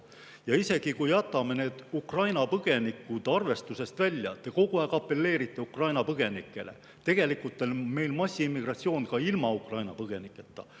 Isegi kui me jätame Ukraina põgenikud arvestusest välja – te kogu aeg apelleerite Ukraina põgenikele, tegelikult on meil massiimmigratsioon ka ilma Ukraina põgeniketa